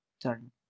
turn